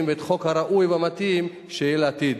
ואת החוק הראוי והמתאים שיהיה לעתיד.